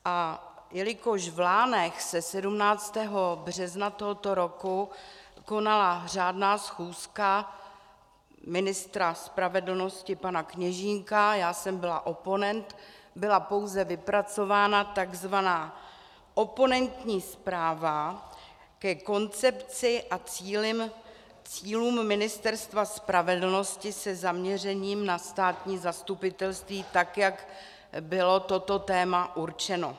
A jelikož v Lánech se 17. března tohoto roku konala řádná schůzka ministra spravedlnosti pana Kněžínka, já jsem byla oponent, byla pouze vypracována tzv. oponentní zpráva ke koncepci a cílům Ministerstva spravedlnosti se zaměřením na státní zastupitelství, tak jak bylo toto téma určeno.